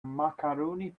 macaroni